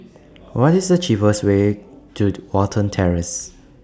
What IS The cheapest Way to Watten Terrace